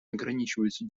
ограничиваются